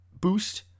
boost